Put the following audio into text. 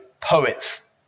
poets